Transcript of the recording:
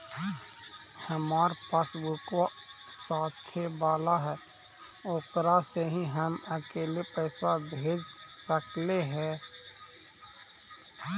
हमार पासबुकवा साथे वाला है ओकरा से हम अकेले पैसावा भेज सकलेहा?